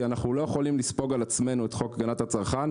אנחנו לא יכולים לספוג את חוק הגנת הצרכן,